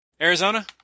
Arizona